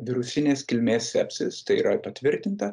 virusinės kilmės sepsis tai yra patvirtinta